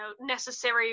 necessary